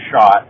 shot